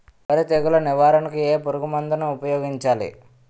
వరి తెగుల నివారణకు ఏ పురుగు మందు ను ఊపాయోగించలి?